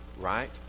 right